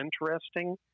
interesting